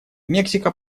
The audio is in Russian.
мексика